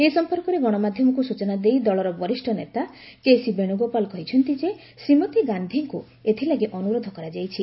ଏ ସଂପର୍କରେ ଗଣମାଧ୍ୟମକୁ ସୂଚନା ଦେଇ ଦଳର ବରିଷ୍ଣ ନେତା କେସି ବେଣୁଗୋପାଳ କହିଛନ୍ତି ଯେ ଶ୍ରୀମତୀ ଗାନ୍ଧୀଙ୍କୁ ଏଥିଲାଗି ଅନୁରୋଧ କରାଯାଇଛି